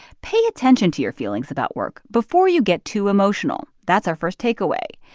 pay attention to your feelings about work before you get too emotional, that's our first takeaway.